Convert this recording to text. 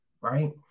right